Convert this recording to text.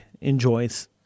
enjoys